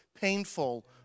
painful